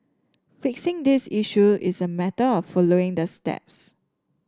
fixing these issue is a matter of following the steps